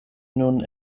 nun